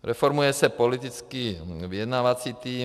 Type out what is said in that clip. Reformuje se politický vyjednávací tým.